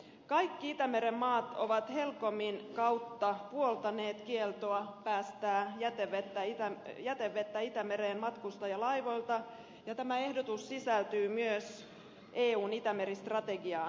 kaikki itämeren maat ovat helpoimman kautta puoltaneet kieltoa päästää jätevettä itämereen matkustajalaivoilta ja tämä ehdotus sisältyy myös eun itämeri strategiaan